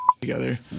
together